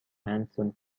handsome